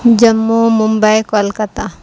Jammu Mumbai Kolkata